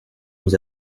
nous